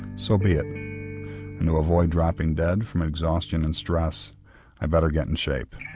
so be it, and to avoid dropping dead from exhaustion and stress i'd better get in shape.